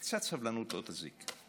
קצת סבלנות לא תזיק.